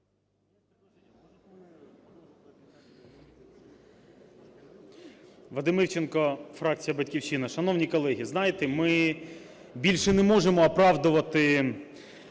Вадим Івченко, фракція "Батьківщина". Шановні колеги, знаєте, ми більше не можемо оправдувати